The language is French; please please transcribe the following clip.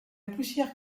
poussière